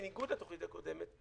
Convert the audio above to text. בניגוד לתוכנית הקודמת,